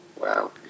Wow